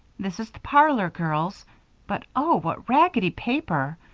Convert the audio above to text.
this is the parlor, girls but, oh, what raggedy paper.